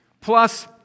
plus